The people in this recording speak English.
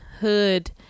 hood